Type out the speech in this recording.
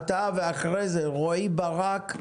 אתה ואחרי זה רועי ברק,